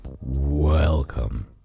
Welcome